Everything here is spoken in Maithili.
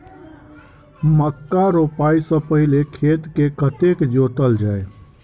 मक्का रोपाइ सँ पहिने खेत केँ कतेक जोतल जाए?